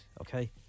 Okay